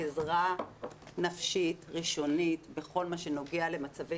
עזרה נפשית ראשונית בכל מה שנוגע למצבי